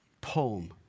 poem